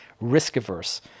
risk-averse